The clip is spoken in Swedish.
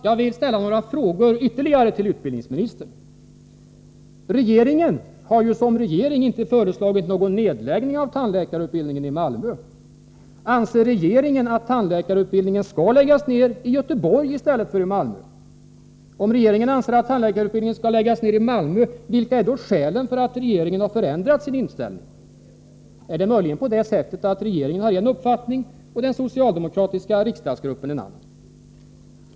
Jag vill ställa ytterligare några frågor till utbildningsministern. Regeringen har ju inte föreslagit någon nedläggning av tandläkarutbildningen i Malmö. Anser regeringen att tandläkarutbildningen skall läggas ner i Göteborg i stället för i Malmö? Om regeringen anser att tandläkarutbildningen skall läggas ner i Malmö, vilka är då skälen för att regeringen har förändrat sin inställning? Är det möjligen på det sättet att regeringen har en uppfattning och den socialdemokratiska riksdagsgruppen en annan?